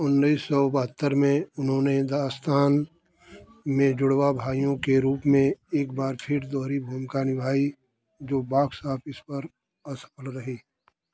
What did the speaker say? उन्नाइस सौ बहत्तर उन्होंने दास्तान में जुड़वाँ भाइयों के रूप में एक बार फिर दोहरी भूमिका निभाई जो बॉक्स ऑफिस पर असफल रही